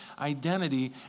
identity